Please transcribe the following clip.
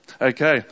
Okay